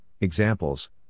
examples